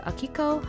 Akiko